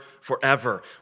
forever